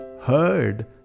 heard